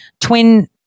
twin